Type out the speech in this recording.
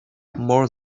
more